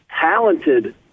talented